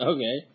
Okay